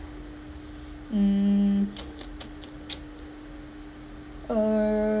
mm uh